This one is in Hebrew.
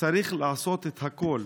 צריך לעשות את הכול,